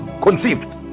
conceived